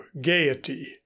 gaiety